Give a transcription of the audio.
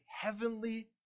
heavenly